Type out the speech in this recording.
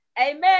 Amen